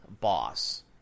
boss